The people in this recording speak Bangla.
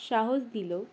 সাহস দিল